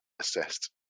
assessed